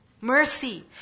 Mercy